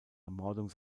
ermordung